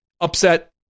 Upset